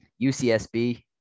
UCSB